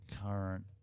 current